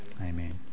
Amen